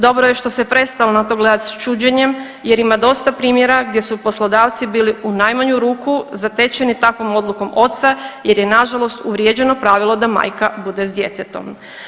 Dobro je što se je prestalo na to gledati s čuđenjem jer ima dosta primjera gdje su poslodavci bili u najmanju ruku zatečeni takvom odlukom oca jer je nažalost uvriježeno pravilo da majka bude s djetetom.